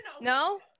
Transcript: no